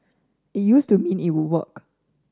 it used to mean it would work